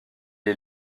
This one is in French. est